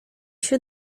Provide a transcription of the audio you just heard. się